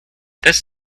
this